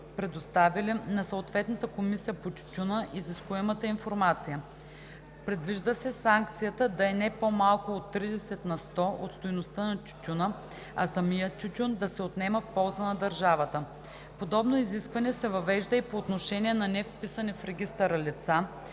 предоставили на съответната комисия по тютюна изискуемата информация. Предвижда се санкцията да е не по-малко от 30 на сто от стойността на тютюна, а самият тютюн да се отнема в полза на държавата. Подобно изискване се въвежда и по отношение на невписани в регистъра лица,